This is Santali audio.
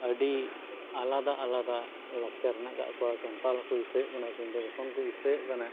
ᱟᱰᱤ ᱟᱞᱟᱫᱟ ᱟᱞᱟᱫᱟ ᱞᱟᱠᱪᱟᱨ ᱦᱮᱱᱟᱜ ᱠᱟᱜ ᱠᱚᱣᱟ ᱥᱟᱱᱛᱟᱞ ᱦᱚᱸᱠᱚ ᱤᱥᱟᱹᱭᱚᱜ ᱠᱟᱱᱟ ᱠᱤᱱᱛᱩ ᱡᱚᱠᱷᱚᱱ ᱠᱚ ᱤᱥᱟᱹᱭᱚᱜ ᱠᱟᱱᱟ